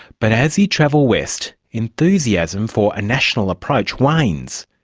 but as you travel west, enthusiasm for a national approach wanes.